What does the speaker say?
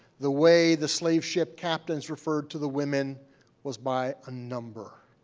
the way the slave ship captains referred to the women was by a number.